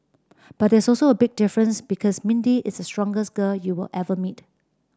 but there's also a big difference because Mindy is strongest girl you will ever meet